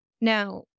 Now